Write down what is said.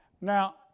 Now